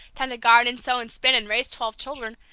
tend a garden, sew and spin and raise twelve children,